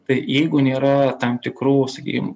tai jeigu nėra tam tikrų sakykim